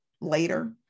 later